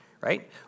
right